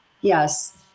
Yes